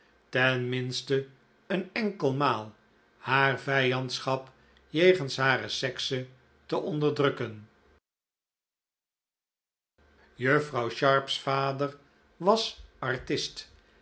een enkel maal haar vijandschap jegens haar sexe te onderdrukken juffrouw sharp's vader was artist